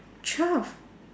twelve